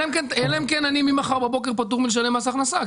אלא אם כן אני ממחר בבוקר פטור מלשלם מס הכנסה,